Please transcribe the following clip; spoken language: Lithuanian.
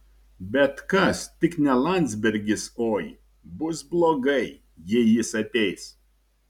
bet kas tik ne landsbergis oi bus blogai jei jis ateis